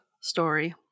story